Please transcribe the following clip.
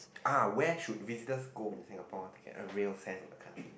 ah where should visitors go in Singapore to get a real sense of the country